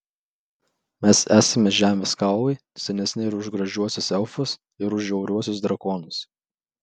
mes esame žemės kaulai senesni ir už gražiuosius elfus ir už žiauriuosius drakonus